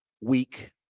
Week